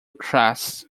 crests